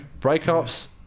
Breakups